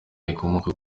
rikomoka